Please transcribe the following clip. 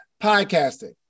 podcasting